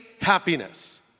happiness